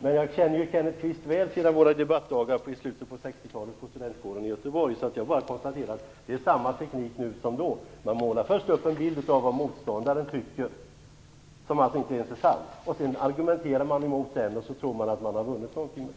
Men jag känner Kenneth Kvist väl sedan våra debattdagar i slutet på 60-talet på studentkåren i Göteborg, och jag konstaterar att han använder samma teknik nu som då. Han målar först upp en osann bild av vad motståndaren tycker för att kunna argumentera mot den och tror sig därmed ha vunnit någonting.